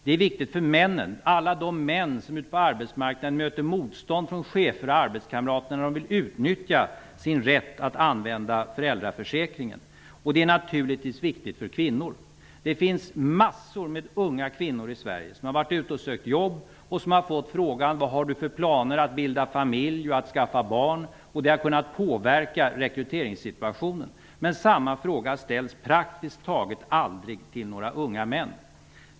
Det är viktigt för alla de män som ute på arbetsmarknaden möter motstånd från chefer och arbetskamrater när de vill utnyttja sin rätt att använda föräldraförsäkringen, och det är naturligtvis viktigt för kvinnor. Det finns massor av unga kvinnor i Sverige som har sökt jobb och fått frågan om de har planer på att bilda familj och skaffa barn. Det har kunnat påverka rekryteringssituationen. Samma fråga ställs praktiskt taget aldrig till några unga män.